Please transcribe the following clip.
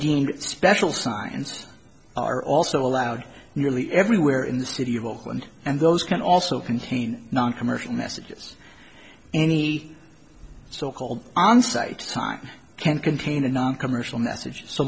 paying special signs are also allowed nearly everywhere in the city of oakland and those can also contain noncommercial messages any so called on site time can contain the noncommercial messages so